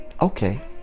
Okay